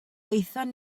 aethon